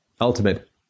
ultimate